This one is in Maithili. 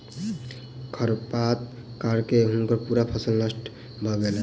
खरपातक कारणें हुनकर पूरा फसिल नष्ट भ गेलैन